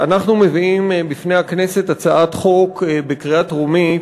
אנחנו מביאים לפני הכנסת הצעת חוק לקריאה טרומית,